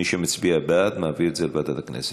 מי שמצביע בעד מעביר את זה לוועדת הכנסת.